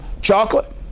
chocolate